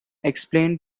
explain